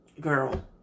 girl